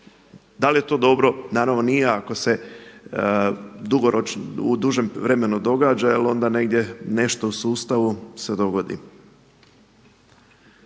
Da li je to dobro, naravno nije ako se u dužem vremenu događa jer onda negdje nešto u sustavu se dogodi.